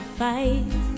fight